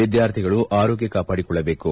ವಿದ್ಯಾರ್ಥಿಗಳು ಆರೋಗ್ಯ ಕಾಪಾಡಿಕೊಳ್ಳಬೇಕು